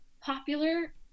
popular